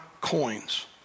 coins